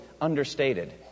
understated